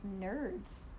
nerds